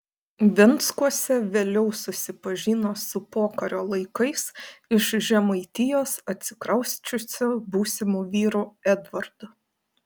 venckuose vėliau susipažino su pokario laikais iš žemaitijos atsikrausčiusiu būsimu vyru edvardu